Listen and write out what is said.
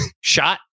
shot